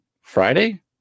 Friday